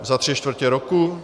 Za tři čtvrtě roku?